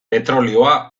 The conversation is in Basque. petrolio